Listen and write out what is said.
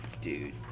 dude